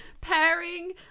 pairing